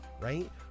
right